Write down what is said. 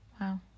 wow